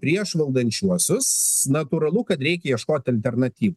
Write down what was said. prieš valdančiuosius natūralu kad reikia ieškoti alternatyvų